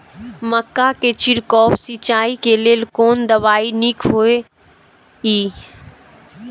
मक्का के छिड़काव सिंचाई के लेल कोन दवाई नीक होय इय?